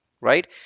right